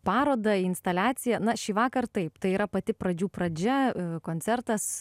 parodą į instaliaciją na šįvakar taip tai yra pati pradžių pradžia koncertas